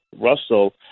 Russell